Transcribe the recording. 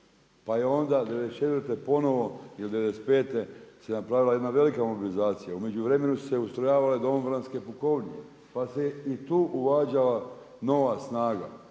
Pa je onda '94. ponovno ili '95. se napravila jedna velika mobilizacija. U međuvremenu su se ustrojavale domobranske …/Govornik se ne razumije./… Pa se i tu uvađala nova snaga.